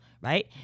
right